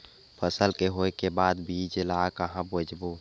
फसल के होय के बाद बीज ला कहां बेचबो?